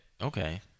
okay